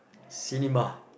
cinema